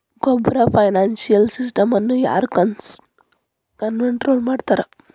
Global financial ಸಿಸ್ಟಮ್ನ ಯಾರ್ control ಮಾಡ್ತಿರ್ತಾರ?